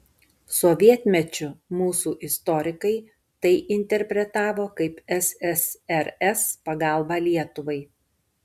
sovietmečiu mūsų istorikai tai interpretavo kaip ssrs pagalbą lietuvai